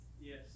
Yes